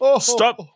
Stop